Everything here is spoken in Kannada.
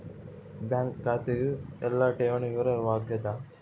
ಬ್ಯಾಂಕ್ ಖಾತೆಯು ಎಲ್ಲ ಠೇವಣಿ ವಿವರ ವಾಗ್ಯಾದ